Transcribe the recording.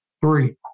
Three